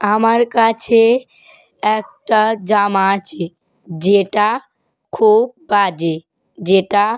আমার কাছে একটা জামা আছে যেটা খুব বাজে যেটা